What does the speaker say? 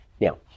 Now